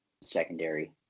secondary